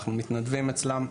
אנחנו מתנדבים אצלם.